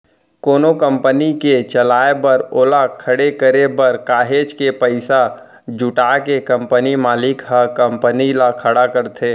कोनो कंपनी के चलाए बर ओला खड़े करे बर काहेच के पइसा जुटा के कंपनी मालिक ह कंपनी ल खड़ा करथे